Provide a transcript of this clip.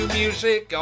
music